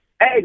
Hey